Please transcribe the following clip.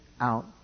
out